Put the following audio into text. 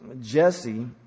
Jesse